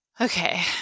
okay